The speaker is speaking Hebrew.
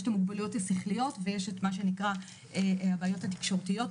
את השכליות ויש את מה שנקרא הבעיות התקשורתיות,